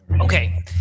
Okay